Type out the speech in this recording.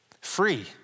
free